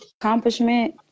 accomplishment